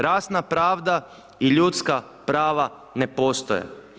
Rasna pravda i ljudska prava ne postoje.